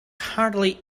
hardly